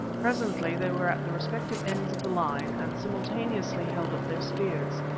presently they were at the respective ends of the line, and simultaneously held up their spears.